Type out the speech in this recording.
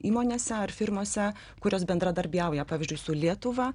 įmonėse ar firmose kurios bendradarbiauja pavyzdžiui su lietuva